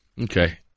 Okay